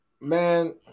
man